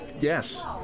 Yes